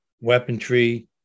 weaponry